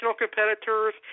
competitors